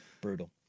brutal